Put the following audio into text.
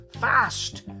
Fast